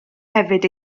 hefyd